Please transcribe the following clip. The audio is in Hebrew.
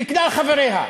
של כלל חבריה.